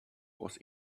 was